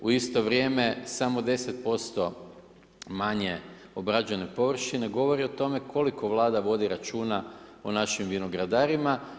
U isto vrijeme samo 10% manje obrađene površine govori o tome koliko Vlada vodi računa o našim vinogradarima.